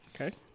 Okay